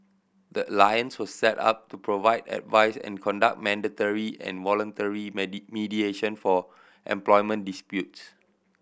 the alliance was set up to provide advice and conduct mandatory and voluntary mediation for employment disputes